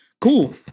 Cool